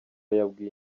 yabwiye